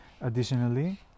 additionally